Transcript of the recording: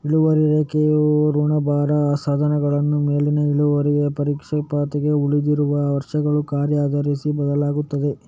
ಇಳುವರಿ ರೇಖೆಯು ಋಣಭಾರ ಸಾಧನಗಳ ಮೇಲಿನ ಇಳುವರಿಗಳು ಪರಿಪಕ್ವತೆಗೆ ಉಳಿದಿರುವ ವರ್ಷಗಳ ಕಾರ್ಯ ಆಧರಿಸಿ ಬದಲಾಗುತ್ತದೆ